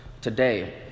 today